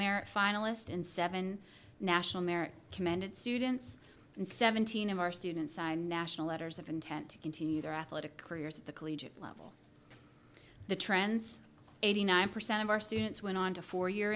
merit finalist and seven national merit commended students and seventeen of our students signed national letters of intent to continue their athletic careers at the collegiate level the trends eighty nine percent of our students went on to four y